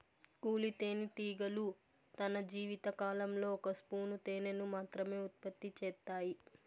కూలీ తేనెటీగలు తన జీవిత కాలంలో ఒక స్పూను తేనెను మాత్రమె ఉత్పత్తి చేత్తాయి